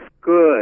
good